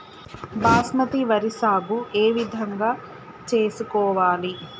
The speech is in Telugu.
బాస్మతి వరి సాగు ఏ విధంగా చేసుకోవాలి?